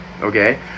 okay